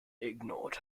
ignored